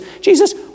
jesus